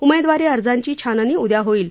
उमेदवारी अर्जांची छाननी उद्या होईल